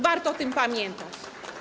Warto o tym pamiętać.